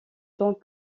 tant